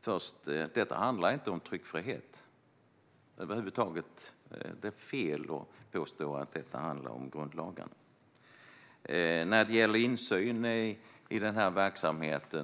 Fru talman! Detta handlar inte över huvud taget om tryckfrihet. Det är fel att påstå att detta handlar om grundlagen. När det gäller insyn i denna verksamhet